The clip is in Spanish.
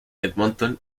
edmonton